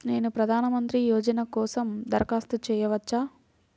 నేను ప్రధాన మంత్రి యోజన కోసం దరఖాస్తు చేయవచ్చా?